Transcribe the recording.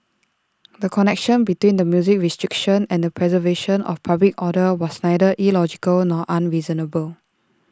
the connection between the music restriction and the preservation of public order was neither illogical nor unreasonable